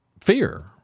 fear